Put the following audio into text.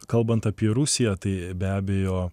kalbant apie rusiją tai be abejo